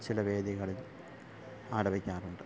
ചില വേദികളില് ആലപിക്കാറുണ്ട്